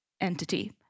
entity